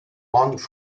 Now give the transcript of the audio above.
mont